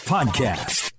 Podcast